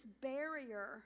barrier